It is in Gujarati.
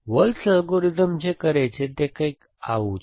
વોલ્ટ્ઝ એલ્ગોરિધમ જે કરે છે તે આવું કૈંક છે